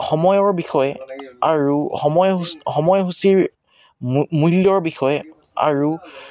সময়ৰ বিষয়ে আৰু সময়সূ সময়সূচীৰ মূ মূল্যৰ বিষয়ে আৰু